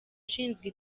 ushinzwe